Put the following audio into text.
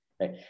right